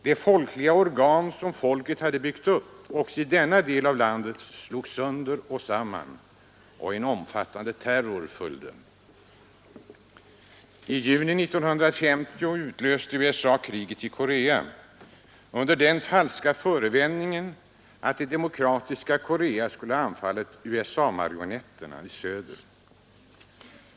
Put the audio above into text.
De folkliga organ som hade byggts upp också i denna del av landet slogs sönder, och en omfattande terror följde. I juni 1950 utlöste USA kriget i Korea under den falska förevändningen att det demokratiska Korea skulle ha överfallit USA-marionetterna i söder.